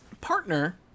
partner